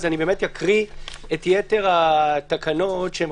אני אקריא את יתר התקנות שהן